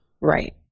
Right